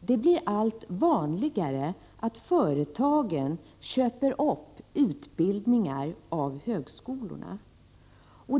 Det blir allt vanligare att företagen köper upp utbildningar från högskolorna.